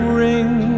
ring